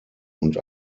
und